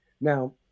Now